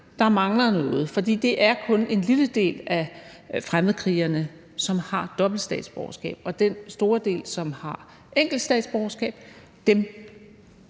Der mangler noget. Det er kun en lille andel af fremmedkrigerne, som har dobbelt statsborgerskab, og den store andel, som har enkelt statsborgerskab,